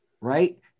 right